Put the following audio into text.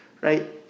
right